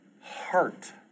heart